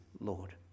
Lord